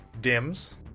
dims